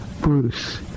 Bruce